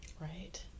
Right